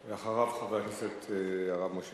ואחריו, חבר הכנסת הרב משה